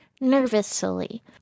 nervously